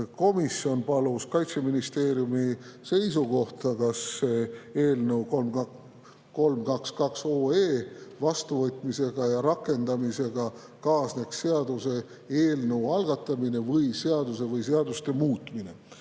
Kaitseministeeriumi seisukohta, kas eelnõu 322 vastuvõtmise ja rakendamisega kaasneks seaduseelnõu algatamine või seaduse või seaduste muutmine.